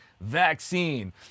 vaccine